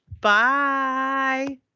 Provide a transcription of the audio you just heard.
Bye